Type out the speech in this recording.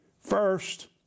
First